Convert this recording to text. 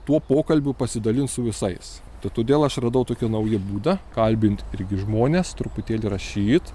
tuo pokalbiu pasidalint su visais tai todėl aš radau tokį naują būdą kalbint irgi žmones truputėlį rašyt